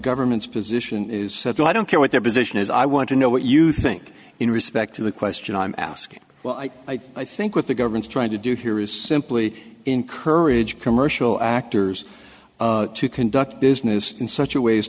government's position is settled i don't care what their position is i want to know what you think in respect to the question i'm asking well i i think what the government's trying to do here is simply encourage commercial actors to conduct business in such a way